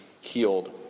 healed